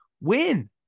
win